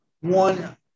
One